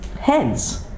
heads